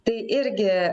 tai irgi